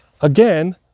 Again